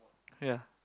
ya